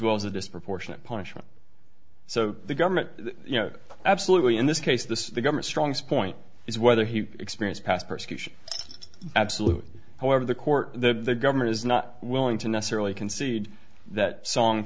well as a disproportionate punishment so the government you know absolutely in this case this government strongs point is whether he experience past persecution absolutely however the court the government is not willing to necessarily concede that song